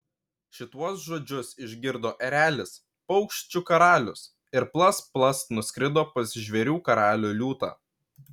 šituos žodžius išgirdo erelis paukščių karalius ir plast plast nuskrido pas žvėrių karalių liūtą